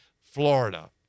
Florida